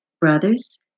Brothers